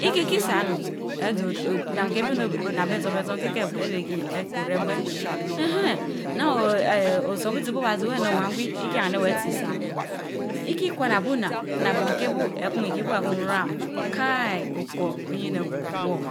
Ikii kisa onun, ezoh ont nan keh beh neh naan benson ben son ben kéh beh ereh ririi, ekeh oregwen eenhen naan ooo eeh, osorbutsi bu obaa zeh weh aneh owangui ikieneh watsi saonun, ikil bu hawana by maanin a bortkeh buy ekun ikii bu abeun ram kati Oker, Oylinch gwugwor